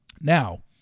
Now